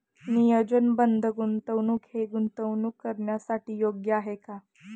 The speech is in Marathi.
नियोजनबद्ध गुंतवणूक हे गुंतवणूक करण्यासाठी योग्य आहे का?